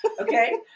okay